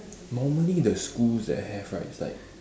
normally the schools that have right it's like